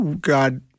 God